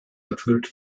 erfüllt